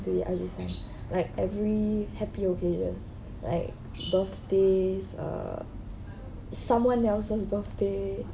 to Ajisen like every happy occasion like birthdays uh someone else's birthday